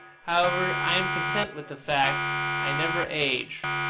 however, i am content with the fact i never age,